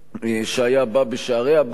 שהיה בא בשערי הבית,